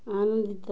ଆନନ୍ଦିତ